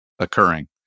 Occurring